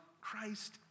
Christ